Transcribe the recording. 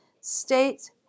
States